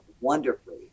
wonderfully